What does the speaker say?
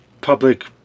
public